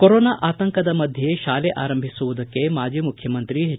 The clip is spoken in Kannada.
ಕೊರೊನಾ ಆತಂಕದ ಮಧ್ಯೆ ತಾಲೆ ಆರಂಭಿಸುವುದಕ್ಕೆ ಮಾಜಿ ಮುಖ್ಯಮಂತ್ರಿ ಎಚ್